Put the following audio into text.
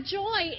joy